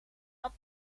had